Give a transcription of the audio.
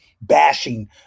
bashing